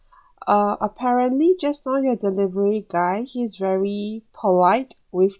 uh apparently just now your delivery guy he's very polite with